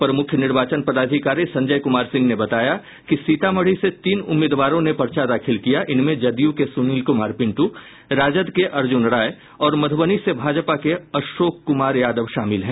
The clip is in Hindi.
अपर मुख्य निर्वाचन पदाधिकारी संजय कुमार सिंह ने बताया कि सीतामढ़ी से तीन उम्मीदवारों ने पर्चा दाखिल किया इनमें जदयू के सुनील कुमार पिंटू राजद के अर्जुन राय और मधुबनी से भाजपा के अशोक कुमार यादव शामिल हैं